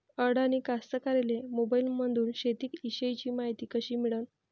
अडानी कास्तकाराइले मोबाईलमंदून शेती इषयीची मायती कशी मिळन?